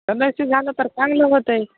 तस झालंं तर चांगलं होतं